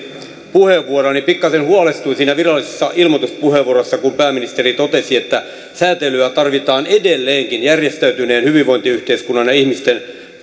puheenvuoroa niin pikkasen huolestuin siinä virallisessa ilmoituspuheenvuorossa kun pääministeri totesi että säätelyä tarvitaan edelleenkin järjestäytyneen hyvinvointiyhteiskunnan ja ihmisten